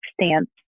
stance